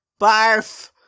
Barf